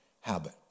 habit